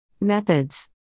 Methods